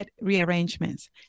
rearrangements